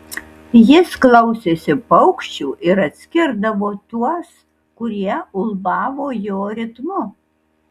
jis klausėsi paukščių ir atskirdavo tuos kurie ulbavo jo ritmu